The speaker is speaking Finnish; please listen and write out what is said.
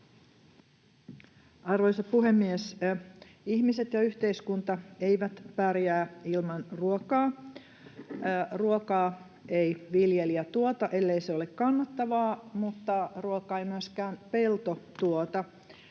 Arvoisa puhemies! Ihmiset ja yhteiskunta eivät pärjää ilman ruokaa. Ruokaa ei viljelijä tuota, ellei se ole kannattavaa, mutta ruokaa ei myöskään pelto tuota